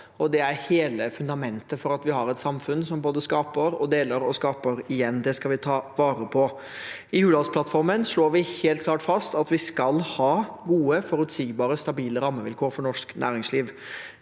det er hele fundamentet for at vi har et samfunn som både skaper, deler og skaper igjen. Det skal vi ta vare på. I Hurdalsplattformen slår vi helt klart fast at vi skal ha gode, forutsigbare og stabile rammevilkår for norsk næringsliv.